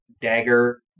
dagger